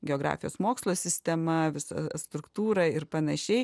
geografijos mokslo sistema visą struktūra ir panašiai